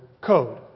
code